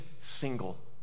single